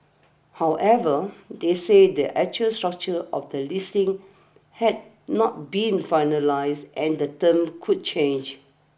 however they said the actual structure of the listing had not been finalised and the terms could change